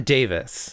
Davis